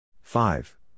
Five